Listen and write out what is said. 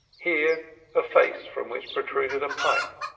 here a face from which protruded a pipe,